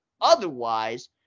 otherwise